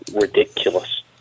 ridiculous